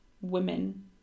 women